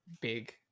big